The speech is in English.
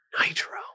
Nitro